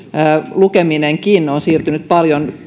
lukeminenkin on siirtynyt paljon